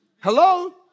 Hello